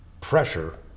pressure